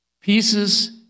pieces